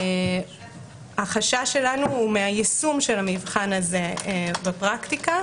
החשש שלנו הוא מיישום המבחן הזה בפרקטיקה.